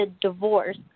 divorce